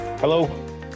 Hello